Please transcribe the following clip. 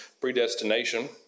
predestination